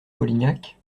polignac